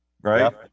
right